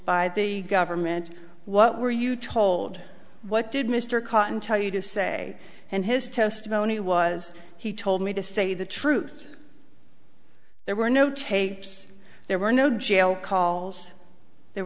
by the government what were you told what did mr cotton tell you to say and his testimony was he told me to say the truth there were no tapes there were no jail calls there